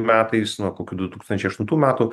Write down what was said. metais nuo kokių du tūkstančiai aštuntų metų